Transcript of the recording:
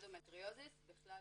הרפואי.